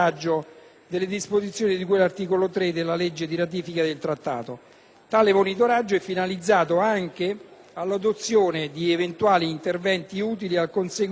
Tale monitoraggio è finalizzato anche all'adozione di eventuali interventi utili al conseguimento degli obiettivi di finanza pubblica.